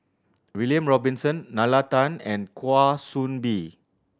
William Robinson Nalla Tan and Kwa Soon Bee